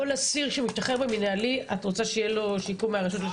כל אסיר שמשתחרר במנהלי את רוצה שיהיה לו שיקום מהרשות לשיקום האסיר?